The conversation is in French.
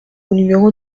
numéro